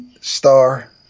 Star